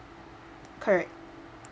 correct